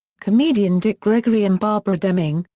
comedian dick gregory and barbara deming,